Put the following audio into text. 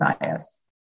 bias